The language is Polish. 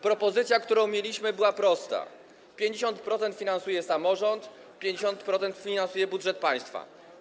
Propozycja, jaką mieliśmy, była prosta: 50% finansuje samorząd, 50% finansuje budżet państwa.